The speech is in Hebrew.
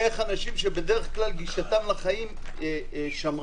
איך אנשים שבדרך כלל גישתם לחיים שמרנית,